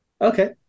Okay